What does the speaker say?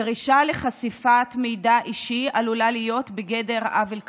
דרישה לחשיפת מידע אישי עלולה להיות בגדר עוול כפול: